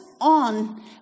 on